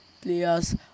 players